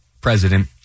president